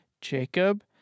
Jacob